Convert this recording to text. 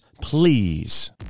please